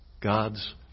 God's